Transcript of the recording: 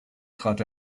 trat